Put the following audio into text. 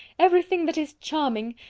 every thing that is charming!